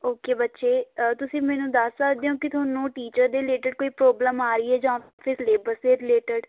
okay ਬੱਚੇ ਤੁਸੀਂ ਮੈਨੂੰ ਦੱਸ ਸਕਦੇ ਹੋ ਕਿ ਤੁਹਾਨੂੰ ਟੀਚਰ ਦੇ ਰਿਲੇਟਡ ਕੋਈ ਪ੍ਰੋਬਲਮ ਆ ਰਹੀ ਹੈ ਜਾਂ ਫਿਰ ਸਿਲੇਬਸ ਦੇ ਰਿਲੇਟਡ